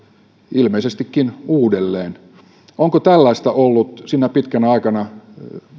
ilmeisestikin uudelleen onko tällaista ollut sinä pitkänä aikana